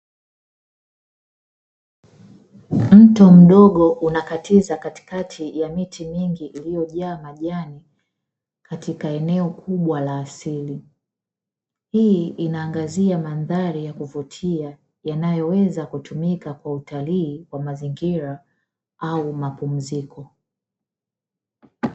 Mto ndogo unakatiza katikati ya miti mingi iliyo jaa majani katika eneo kubwa la asili, hii inaangazia mandhari ya kuvutia yanayo weza kutumika kwa utalii wa mazingira au mapumziko.